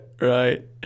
Right